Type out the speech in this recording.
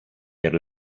per